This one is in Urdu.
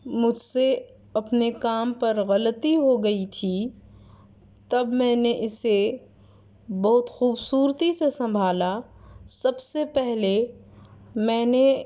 مجھ سے اپنے کام پر غلطی ہو گئی تھی تب میں نے اسے بہت خوبصورتی سے سنبھالا سب سے پہلے میں نے